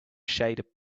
shaded